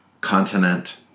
continent